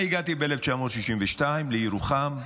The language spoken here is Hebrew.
אני הגעתי ב-1962 לירוחם.